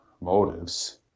motives